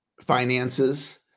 finances